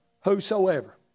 Whosoever